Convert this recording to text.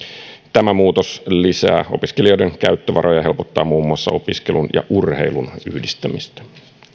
tämä muutos lisää opiskelijoiden käyttövaroja ja helpottaa muun muassa opiskelun ja urheilun yhdistämistä